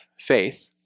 faith